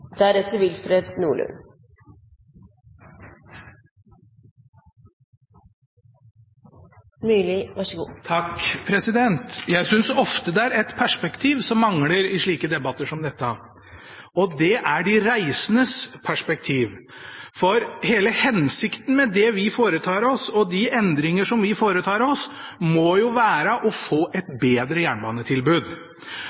et perspektiv som mangler i slike debatter som dette, og det er de reisendes perspektiv. For hele hensikten med det vi foretar oss, og de endringer som vi foretar oss, må jo være å få et